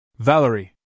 Valerie